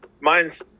mine's